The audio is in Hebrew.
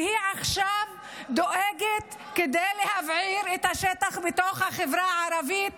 והיא דואגת עכשיו להבעיר את השטח בתוך החברה הערבית